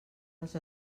les